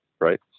right